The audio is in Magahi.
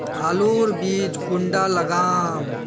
आलूर बीज कुंडा लगाम?